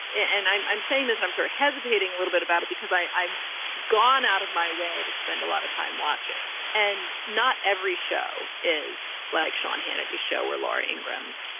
and i'm i'm saying this. i'm sort hesitating a little bit about it because i i've gone out of my way to spend a lot of time watching and not every show is black sean hannity's show or laura ingrams.